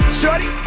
shorty